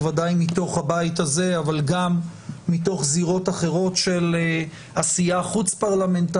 בוודאי מתוך הבית הזה אבל גם מתוך זירות אחרות של עשייה חוץ-פרלמנטרית,